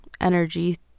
energy